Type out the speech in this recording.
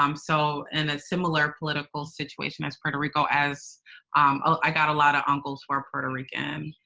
um so, and a similar political situation as puerto rico as i got a lot of uncles who are puerto rican.